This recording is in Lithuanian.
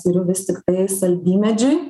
skiriu vis tiktai saldymedžiui